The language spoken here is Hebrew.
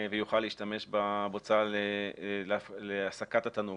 ויוכל להשתמש בבוצה להסקת התנורים.